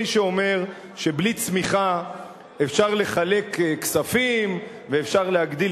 מי שאומר שבלי צמיחה אפשר לחלק כספים ואפשר להגדיל